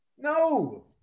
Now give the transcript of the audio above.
No